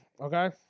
okay